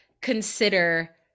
consider